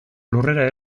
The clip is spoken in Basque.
lurrera